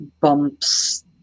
bumps